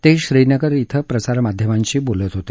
ते श्रीनगर कें प्रसार माध्यमांशी बोलत होते